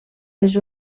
les